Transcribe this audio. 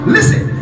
Listen